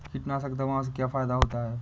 कीटनाशक दवाओं से क्या फायदा होता है?